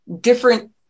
different